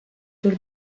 tour